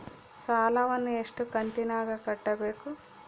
ಸಾಲವನ್ನ ಎಷ್ಟು ಕಂತಿನಾಗ ಕಟ್ಟಬೇಕು?